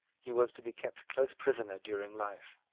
he was to be kept close prisoner during life.